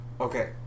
Okay